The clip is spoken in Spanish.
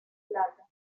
plata